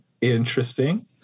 Interesting